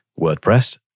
WordPress